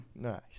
Nice